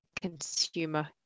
consumer